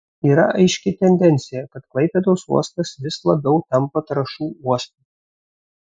yra aiški tendencija kad klaipėdos uostas vis labiau tampa trąšų uostu